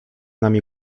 nami